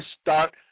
start